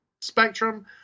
spectrum